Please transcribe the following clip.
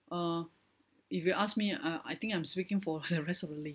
uh if you ask me uh I think I'm speaking for the rest of the